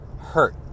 hurt